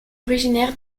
originaire